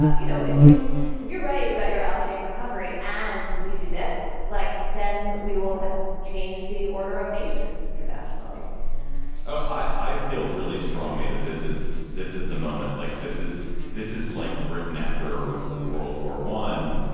ah you know, if you if you're right about your l shaped recovery and we do this, like, then we will have changed the order of nations internationally oh, i feel really strongly that this is this is the moment like this is this is like britain after world war one,